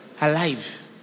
alive